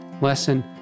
lesson